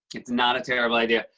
it's not a terrible idea.